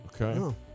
Okay